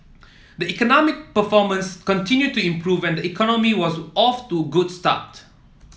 the economic performance continued to improve and economy was off to good start